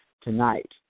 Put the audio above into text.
tonight